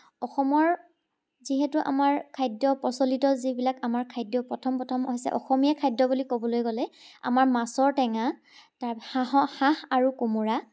অসমৰ যিহেতু আমাৰ খাদ্য প্ৰচলিত যিবিলাক আমাৰ খাদ্য প্ৰথম প্ৰথম হৈছে অসমীয়া খাদ্য বুলি ক'বলৈ গ'লে আমাৰ মাছৰ টেঙা তাৰ হাঁহৰ হাঁহ আৰু কোমোৰা